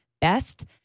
best